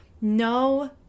no